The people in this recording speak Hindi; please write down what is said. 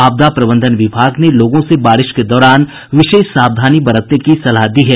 आपदा प्रबंधन विभाग ने लोगों से बारिश के दौरान विशेष सावधानी बरतने की सलाह दी है